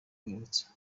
rwibutso